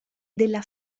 della